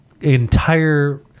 entire